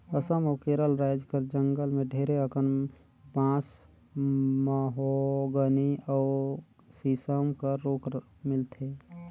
असम अउ केरल राएज कर जंगल में ढेरे अकन बांस, महोगनी अउ सीसम कर रूख मिलथे